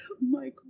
michael